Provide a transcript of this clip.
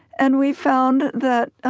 and we found that